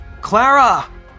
Clara